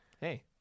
Hey